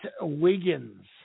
Wiggins